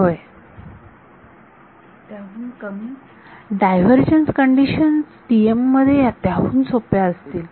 होय विद्यार्थी त्याहून कमी डायव्हर्जन्स कंडिशन TM मध्ये त्याहून सोप्या असतील